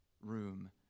room